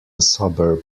suburb